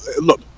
Look